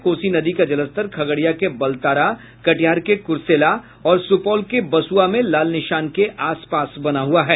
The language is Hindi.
कोसी नदी का जलस्तर खगड़िया के बलतारा कटिहार के कुर्सेला और सुपौल के बसुआ में लाल निशान के आसपास बना हुआ है